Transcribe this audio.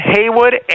Haywood